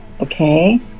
Okay